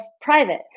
private